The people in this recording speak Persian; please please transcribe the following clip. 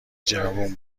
جوون